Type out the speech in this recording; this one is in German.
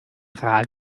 rar